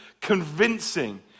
convincing